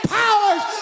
powers